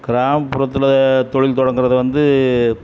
கிராமப்புறத்தில் தொழில் தொடங்குறது வந்து